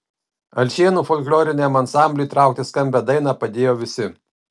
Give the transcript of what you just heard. alšėnų folkloriniam ansambliui traukti skambią dainą padėjo visi